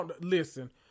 Listen